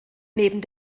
neben